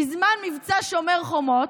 בזמן מבצע שומר חומות,